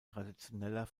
traditioneller